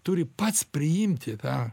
turi pats priimti tą